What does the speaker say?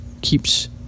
keeps